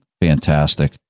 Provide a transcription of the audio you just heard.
fantastic